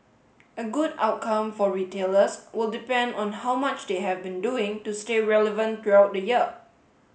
a good outcome for retailers will depend on how much they have been doing to stay relevant throughout the year